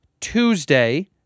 Tuesday